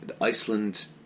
Iceland